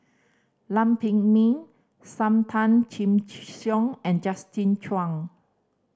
Lam Pin Min Sam Tan Chin Siong and Justin Chuang